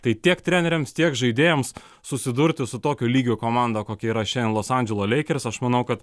tai tiek treneriams tiek žaidėjams susidurti su tokio lygio komanda kokia yra šiandien los andželo lakers aš manau kad